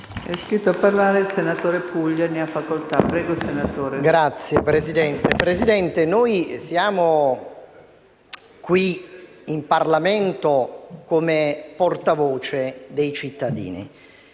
*(M5S)*. Signora Presidente, noi siamo qui in Parlamento come portavoce dei cittadini,